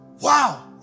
Wow